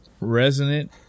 resonant